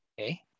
Okay